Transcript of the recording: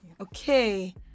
Okay